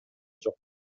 жок